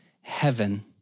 heaven